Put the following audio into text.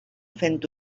fent